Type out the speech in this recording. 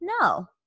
No